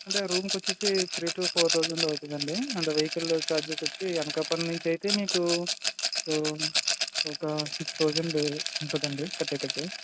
అంటే రూమ్కకి వచ్చేసి త్రీ టు ఫోర్ థౌజండ్ అవుతాదండి అంటే వెహికల్ ఛార్జెస్ వచ్చి అనకాపల్లి నుంచి అయితే మీకు ఒక సిక్స్ థౌజండ్ ఉంటుందండి పర్ టికెట్